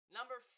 Number